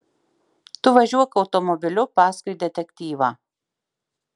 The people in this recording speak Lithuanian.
tu važiuok automobiliu paskui detektyvą